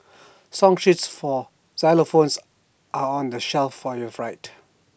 song sheets for xylophones are on the shelf for your right